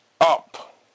up